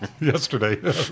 Yesterday